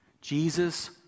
Jesus